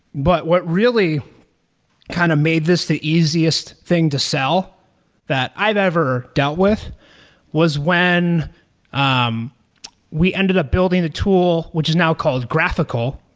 but what really kind of made this the easiest thing to sell that i've ever dealt with was when um we ended up building a tool, which is now called graphiql,